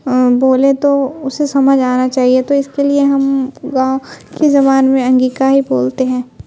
بولے تو اسے سمجھ آنا چاہیے تو اس کے لیے ہم گاؤں کی زبان میں انگیکا ہی بولتے ہیں